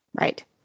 Right